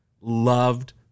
loved